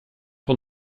sur